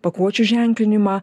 pakuočių ženklinimą